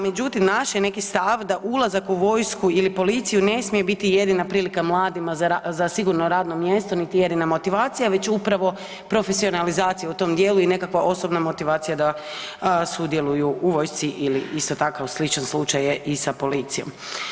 Međutim, naš je neki stav da ulazak u vojsku ili policiju ne smije biti jedina prilika mladima za sigurno radno mjesto, niti jedina motivacija, već upravo profesionalizacija u tom dijelu i nekakva osobna motivacija da sudjeluju u vojsci ili isto takav sličan slučaj je i sa policijom.